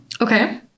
Okay